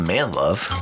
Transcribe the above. Manlove